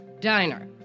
diner